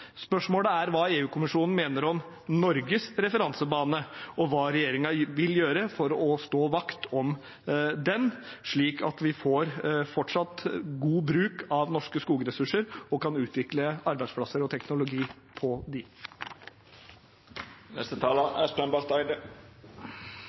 Spørsmålet er hva EU-kommisjonen mener om Norges referansebane, og hva regjeringen vil gjøre for å stå vakt om den, slik at vi får fortsatt god bruk av norske skogressurser og kan utvikle arbeidsplasser og teknologi på